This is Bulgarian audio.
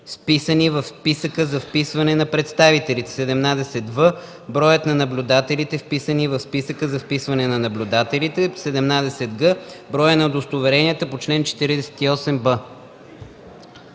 вписани в списъка за вписване на представителите; 17в. броят на наблюдателите, вписани в списъка за вписване на наблюдателите; 17г. броят на удостоверенията по чл. 48б;”.”